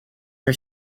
are